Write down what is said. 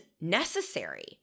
necessary